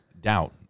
doubt